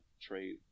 trade